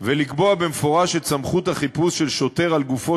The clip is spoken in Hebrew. ולקבוע במפורש את סמכות החיפוש של שוטר על גופו